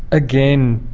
again,